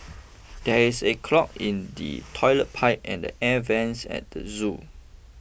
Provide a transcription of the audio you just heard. there is a clog in the Toilet Pipe and the Air Vents at the zoo